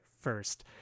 first